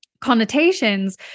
connotations